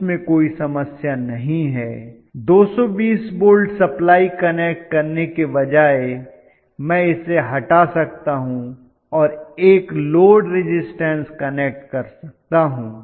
इसमें कोई समस्या नहीं है 220 वोल्ट सप्लाई कनेक्ट करने के बजाय मैं इसे हटा सकता हूं और एक लोड रिज़िस्टन्स कनेक्ट कर सकता हूं